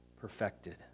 perfected